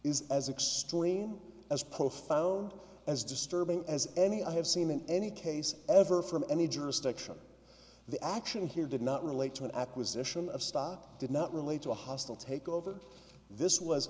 is as extreme as profound as disturbing as any i have seen in any case ever from any jurisdiction the action here did not relate to an acquisition of stock did not relate to a hostile takeover this was